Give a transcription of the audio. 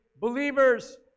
believers